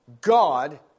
God